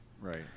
right